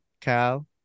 Cal